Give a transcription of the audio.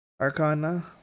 Arcana